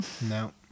No